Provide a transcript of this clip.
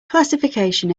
classification